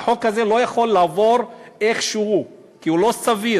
החוק הזה לא יכול לעבור איך שהוא, כי הוא לא סביר.